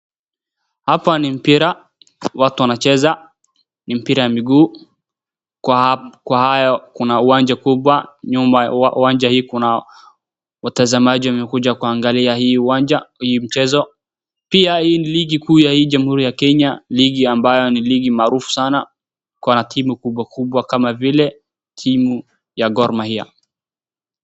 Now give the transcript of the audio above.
Hapa ni mpira watu wanacheza mpira wa miguu kwa hayo kuna uwanja kubwa nyuma ya uwanja hii kuna watazamaji wamekuja kuangalia hii uwanja hii mchezo pia hii ni ligi kuu ya nchi ambayo ni ya kenya ligi ambayo ni ligi maarufu sana kuna timu kubwa kubwa kama vile timu ya gor mahia .